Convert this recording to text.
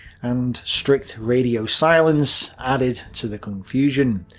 and strict radio silence, added to the confusion.